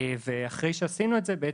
אחרי שעשינו את זה,